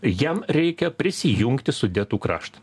jam reikia prisijungti sudetų kraštą